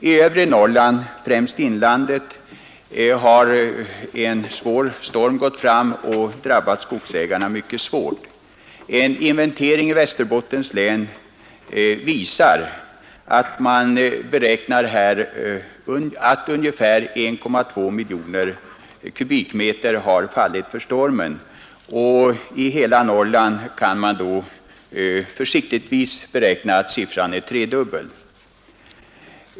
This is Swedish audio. I övre Norrland, främst i inlandet, har en svår storm gått fram och drabbat skogsägarna mycket härt. Vid en inventering i Västerbottens län beräknar man att ungefär 1,2 miljoner kubikmeter har fallit för stormen. och för hela Norrland kan man försiktigtvis beräkna att siffran är den tredubbla.